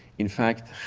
in fact,